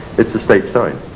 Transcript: it's a state sign.